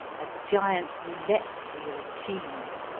a giant roulette wheel of cheese,